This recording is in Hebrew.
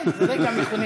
כן, זה רגע מכונן.